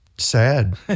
sad